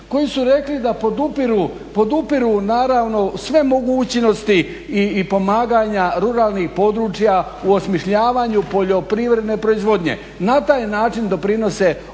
koji su rekli da podupiru naravno sve mogućnosti i pomaganja ruralnih područja u osmišljavanju poljoprivredne proizvodnje. Na taj način doprinose